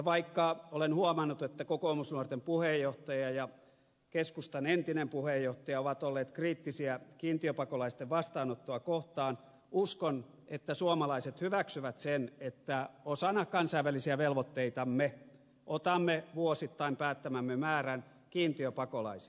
vaikka olen huomannut että kokoomusnuorten puheenjohtaja ja keskustan entinen puheenjohtaja ovat olleet kriittisiä kiintiöpakolaisten vastaanottoa kohtaan uskon että suomalaiset hyväksyvät sen että osana kansainvälisiä velvotteitamme otamme vuosittain päättämämme määrän kiintiöpakolaisia